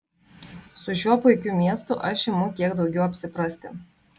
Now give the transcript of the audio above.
su šiuo puikiu miestu aš imu kiek daugiau apsiprasti